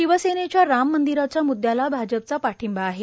शिवसेनेच्या राम मंदिराच्या मुदयाला भाजपचा पाठिंबा आहे